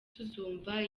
tuzumva